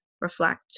reflect